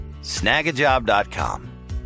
snagajob.com